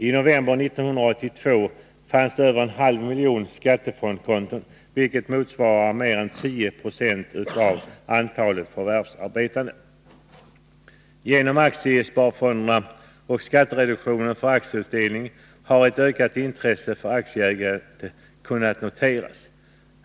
I november 1982 fanns det över en halv miljon skattefondskonton, vilket motsvarar mer än 10 96 av antalet förvärvsarbetande. Genom aktiesparfonderna och skattereduktionen för aktieutdelning har ett ökat intresse för aktieägande kunnat noteras.